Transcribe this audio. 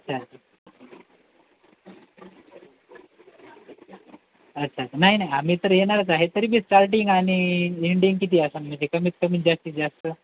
अच्छा अच्छा अच्छा नाही नाही आम्ही तर येणारच आहे तरीबी स्टार्टिंग आणि एंडिंग किती असणं म्हणजे कमीत कमीत जास्तीत जास्त